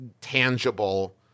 tangible